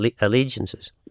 allegiances